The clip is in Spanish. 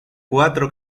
cuatro